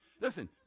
Listen